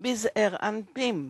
בזעיר אנפין,